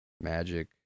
Magic